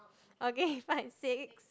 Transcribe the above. okay fine six